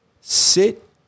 sit